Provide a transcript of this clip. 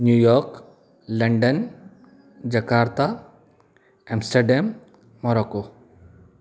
new York London Jakarta Amsterdam Morocco